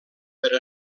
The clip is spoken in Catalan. per